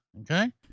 Okay